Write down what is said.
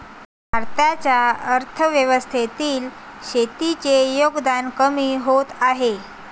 भारताच्या अर्थव्यवस्थेतील शेतीचे योगदान कमी होत आहे